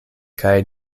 kaj